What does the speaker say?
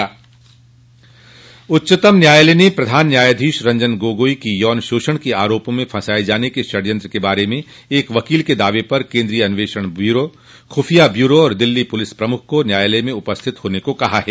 उच्चतम न्याययालय ने प्रधान न्यायधीश रंजन गोगोई को यौन शोषण के आरोपों में फंसाये जाने के षडयंत्र के बारे में एक वकील के दावे पर केन्द्रीय अन्वेषण ब्यूरो खुफिया ब्यूरो और दिल्ली पुलिस प्रमुख को न्यायालय में उपस्थित होने को कहा है